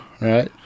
right